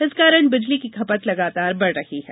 इस कारण बिजली की खपत लगातार बढ़ रही है